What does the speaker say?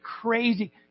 crazy